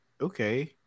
Okay